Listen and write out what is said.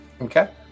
Okay